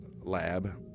lab